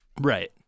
Right